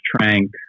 Trank